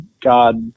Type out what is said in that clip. God